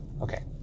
Okay